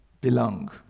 belong